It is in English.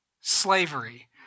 slavery